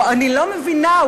או שאני לא מבינה,